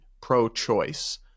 pro-choice